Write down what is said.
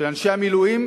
של אנשי המילואים,